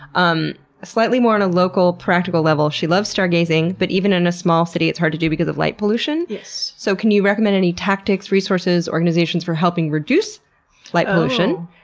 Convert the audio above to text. um slightly more on a local, practical level, she loves stargazing but even in a small city it's hard to do because of light pollution. so can you recommend any tactics, resources, organizations for helping reduce light pollution?